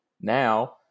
now